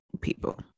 people